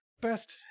Best